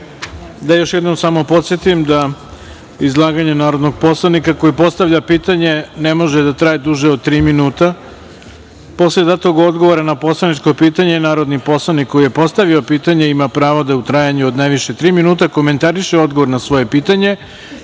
još jednom samo podsetim da izlaganje narodnog poslanika koji postavlja pitanje ne može da traje duže od tri minuta. Posle datog odgovora na poslaničko pitanje, narodni poslanik koji je postavio pitanje ima pravo da u trajanju od najviše tri minuta komentariše odgovor na svoje pitanje